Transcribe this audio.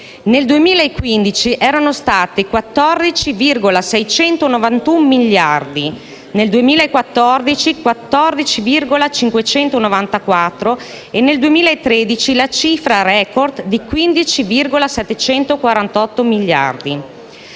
Nel 2015 erano stati 14,691 miliardi; nel 2014 14,594 miliardi e nel 2013 - cifra *record* - di 15,748 miliardi.